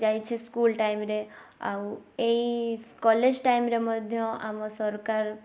ଯାଇଛେ ସ୍ପୁଲ୍ ଟାଇମ୍ରେ ଆଉ ଏଇ ସ୍ କଲେଜ୍ ଟାଇମ୍ରେ ମଧ୍ୟ ଆମ ସରକାର